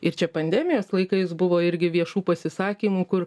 ir čia pandemijos laikais buvo irgi viešų pasisakymų kur